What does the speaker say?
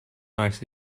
nice